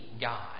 God